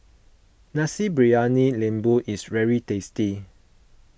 Nasi Briyani Lembu is very tasty